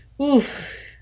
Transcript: Oof